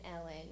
Ellen